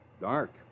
Dark